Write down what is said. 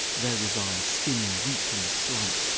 there was i skinny, weekly, slight.